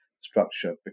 structure